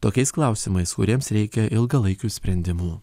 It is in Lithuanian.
tokiais klausimais kuriems reikia ilgalaikių sprendimų